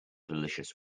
delicious